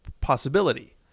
possibility